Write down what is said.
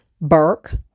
Burke